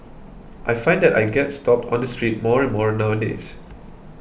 I find that I get stopped on the street more and more nowadays